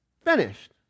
finished